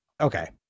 okay